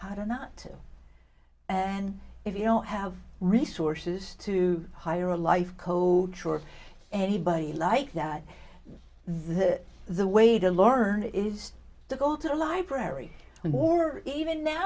how to not and if you don't have resources to hire a life coach or anybody like that that the way to learn it is to go to the library more even now